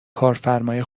کارفرمای